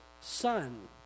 son